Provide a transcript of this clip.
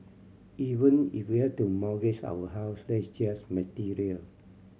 even if we had to mortgage our house that's just material